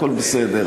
הכול בסדר.